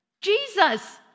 Jesus